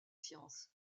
sciences